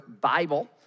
Bible